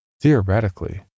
theoretically